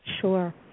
Sure